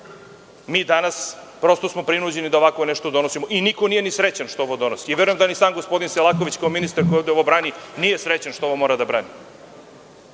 danas smo prinuđeni da ovako nešto donosimo i niko nije srećan što ovo donosimo. Verujem da ni sam gospodin Selaković kao ministar koji ovo brani nije srećan što ovo mora da brani